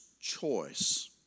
choice